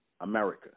America